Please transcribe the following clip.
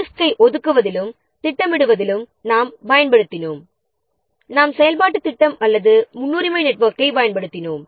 resource ஒதுக்குவதிலும் திட்டமிடுவதிலும் நாம் செயல்பாட்டுத் திட்டம் அல்லது முன்னுரிமை நெட்வொர்க்கைப் பயன்படுத்தினோம்